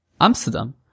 Amsterdam